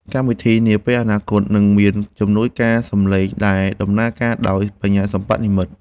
កម្មវិធីនាពេលអនាគត នឹងមានជំនួយការសំឡេងដែលដំណើរការដោយ បញ្ញាសិប្បនិម្មិត។